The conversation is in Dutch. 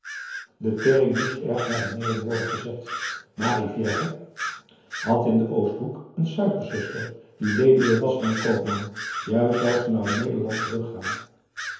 de tering moest erg naar de nering worden gezet maar rivière had in den oosthoek een suikerzuster die weduwe was van een koopman juist zou ze naar nederland teruggaan